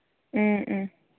ꯎꯝ ꯎꯝ